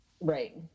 Right